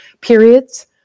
periods